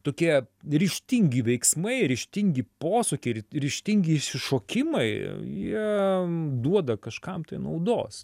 tokie ryžtingi veiksmai ryžtingi posūkiai ir ryžtingi išsišokimai jie duoda kažkam tai naudos